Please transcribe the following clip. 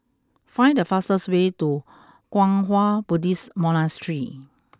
find the fastest way to Kwang Hua Buddhist Monastery